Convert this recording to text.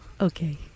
Okay